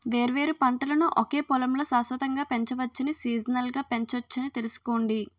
వేర్వేరు పంటలను ఒకే పొలంలో శాశ్వతంగా పెంచవచ్చని, సీజనల్గా పెంచొచ్చని తెలుసుకోండి